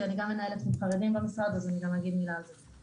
אני גם מנהלת חרדים במשרד אז אני אגיד גם מילה על זה.